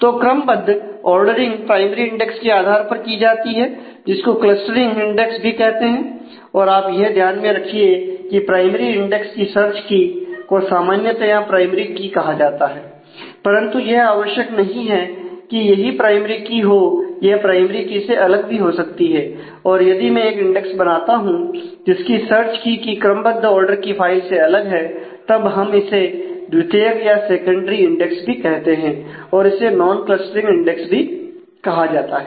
तो क्रमबद्ध ordering primary index भी कहा जाता है